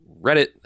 Reddit